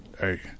Hey